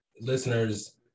listeners